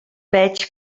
veig